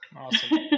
Awesome